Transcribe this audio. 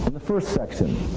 the first section.